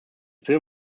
film